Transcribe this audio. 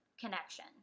connection